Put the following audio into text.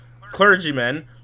clergymen